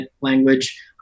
language